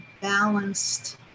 balanced